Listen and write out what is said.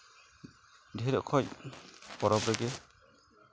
ᱰᱷᱮᱨ ᱚᱠᱚᱡ ᱯᱚᱨᱚᱵᱽ ᱨᱮᱜᱮ